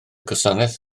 gwasanaeth